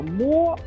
more